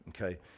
Okay